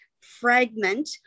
fragment